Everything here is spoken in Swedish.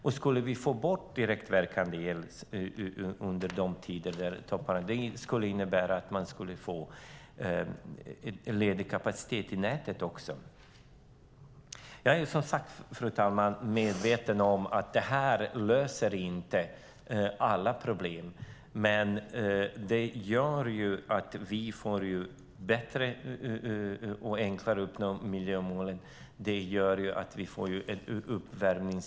Om vi fick bort direktverkande el under de tider när det är toppar skulle det också innebära att man får ledig kapacitet i nätet. Jag är som sagt, fru talman, medveten om att det här inte löser alla problem, men det gör att det blir enklare att uppnå miljömålen. Det gör att vi får en säkrare uppvärmning.